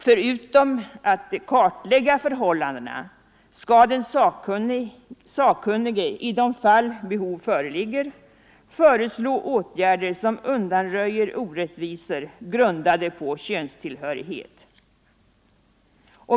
Förutom att kartlägga förhållandena skall den sakkunnige i de fall behov föreligger föreslå åtgärder som undanröjer orättvisor grundade på könstillhörighet.